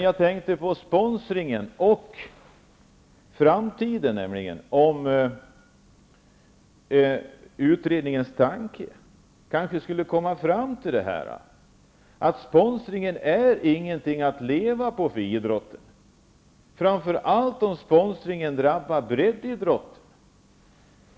Jag tänkte på sponsringen och framtiden. Tänk om utredningen kanske skulle komma fram till detta att sponsringen inte är något att leva på för idrotten. Det gäller framför allt om sponsringen drabbar breddidrotten.